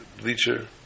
bleacher